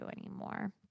anymore